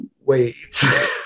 wait